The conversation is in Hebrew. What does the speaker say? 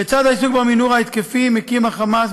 לצד העיסוק במנהור ההתקפי ה"חמאס"